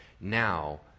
Now